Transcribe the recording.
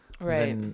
Right